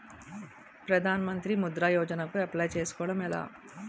ప్రధాన మంత్రి ముద్రా యోజన కు అప్లయ్ చేసుకోవటం ఎలా?